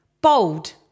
Bold